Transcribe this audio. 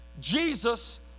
Jesus